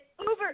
uber